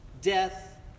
death